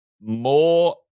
more